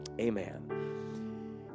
Amen